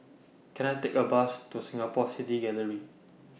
Can I Take A Bus to Singapore City Gallery